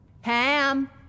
Ham